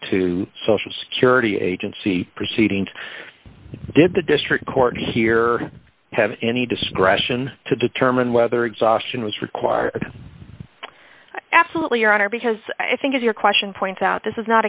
to social security agency proceedings did the district court here have any discretion to determine whether exhaustion was required absolutely your honor because i think as your question points out this is not a